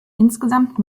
insgesamt